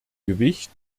gewicht